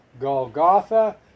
Golgotha